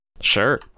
Sure